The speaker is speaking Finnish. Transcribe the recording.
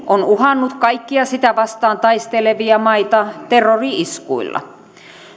on uhannut kaikkia sitä vastaan taistelevia maita terrori iskuilla